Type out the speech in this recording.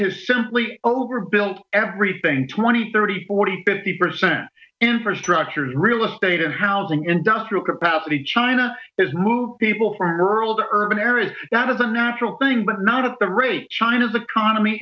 has simply overbuilt everything twenty thirty forty fifty percent infrastructures real estate and housing industrial capacity china is move people from rural to urban areas that is a natural thing but not at the rate china's economy